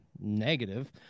negative